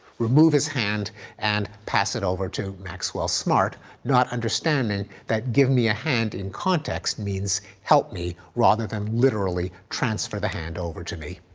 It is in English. remove his hand and pass it over to maxwell smart not understanding that give me a hand, in context means, help me rather than literally transfer the hand over to me.